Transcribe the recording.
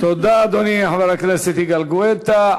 תודה, אדוני חבר הכנסת יגאל גואטה.